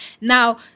Now